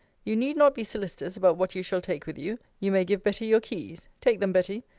you need not be solicitous about what you shall take with you you may give betty your keys take them, betty,